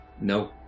Nope